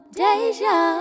deja